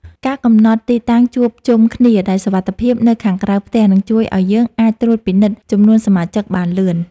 ការកំណត់ទីតាំងជួបជុំគ្នាដែលសុវត្ថិភាពនៅខាងក្រៅផ្ទះនឹងជួយឱ្យយើងអាចត្រួតពិនិត្យចំនួនសមាជិកបានលឿន។